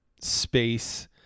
space